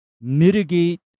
mitigate